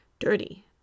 Dirty